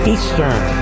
Eastern